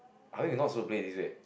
I think we're not supposed to play this leh